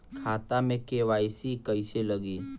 खाता में के.वाइ.सी कइसे लगी?